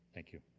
thank you.